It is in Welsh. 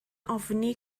ofni